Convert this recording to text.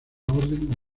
orden